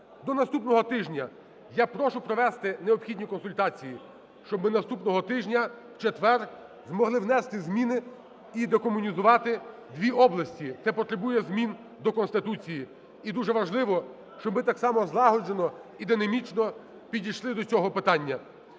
До наступного тижня я прошу провести необхідні консультації, щоб ми наступного тижня в четвер змогли внести зміни і декомунізувати дві області, це потребує змін до Конституції. І дуже важливо, щоб ми так само злагоджено і динамічно підійшли до цього питання.